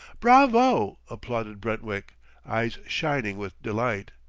bravo! applauded brentwick eyes shining with delight.